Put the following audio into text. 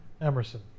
Emerson